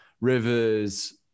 rivers